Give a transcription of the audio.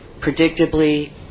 predictably